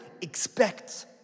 expects